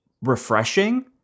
refreshing